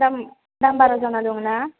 दाम बारा जाना दङ ना